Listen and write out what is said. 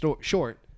short